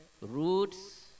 roots